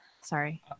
Sorry